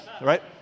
right